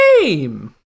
game